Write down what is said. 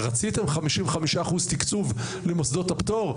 רציתם 55% תקצוב ממוסדות הפטור?